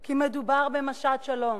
כי מדובר במשט שלום,